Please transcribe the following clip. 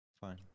fine